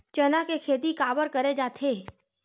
चना के खेती काबर करे जाथे?